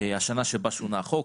השנה שבה שונה החוק.